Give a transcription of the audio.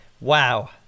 wow